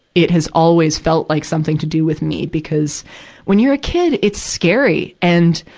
it has always felt like something to do with me, because when you're a kid, it's scary. and,